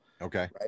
okay